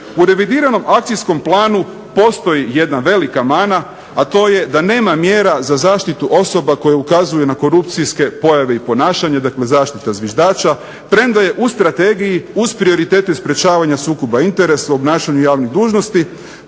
U revidiranom akcijskom planu postoji jedna velika mana, a to je da nema mjera za zaštitu osoba koje ukazuju na korupcijske pojave i ponašanje. Dakle, zaštita zviždača premda je u strategiji uz prioritete sprječavanja sukoba interesa u obnašanju javnih dužnosti,